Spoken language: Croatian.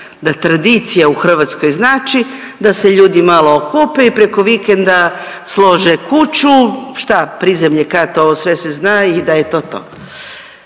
da tradicija u Hrvatskoj znači da se ljudi malo okupe i preko vikenda slože kuću šta prizemlje, kat, ovo sve se zna i da je to to.